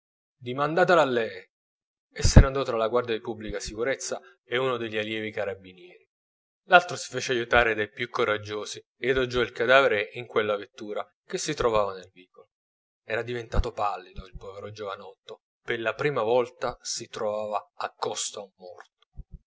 rispose dimandatelo a lei e se ne andò tra la guardia di pubblica sicurezza e uno degli allievi carabinieri l'altro si fece aiutare dai più coraggiosi e adagiò il cadavere in quella vettura che si trovava nel vicolo era diventato pallido il povero giovanotto per la prima volta si trovava accosto a un morto